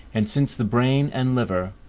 and since the brain, and liver,